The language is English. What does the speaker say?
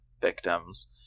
victims